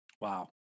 Wow